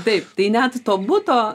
taip tai net to buto